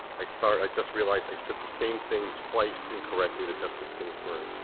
i saw, i just realized i said the same thing twice incorrectly to justice ginsburg.